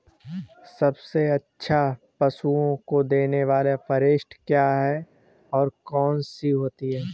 सबसे अच्छा पशुओं को देने वाली परिशिष्ट क्या है? कौन सी होती है?